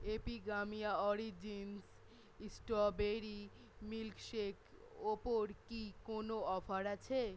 Epigamia origins strawberry milkshake ওপর কি কোনো অফার আছে